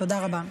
תודה רבה.